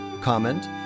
comment